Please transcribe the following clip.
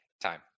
time